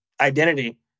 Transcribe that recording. identity